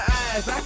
eyes